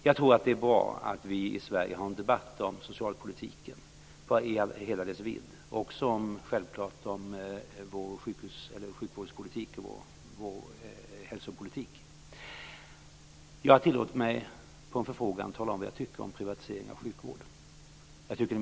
Jag tror att det är bra att vi i Sverige har en debatt om socialpolitiken i hela dess vidd, också om vår hälso och sjukvårdspolitik. Jag har på en förfrågan tillåtit mig att tala om vad jag tycker om privatisering av sjukvården.